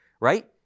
right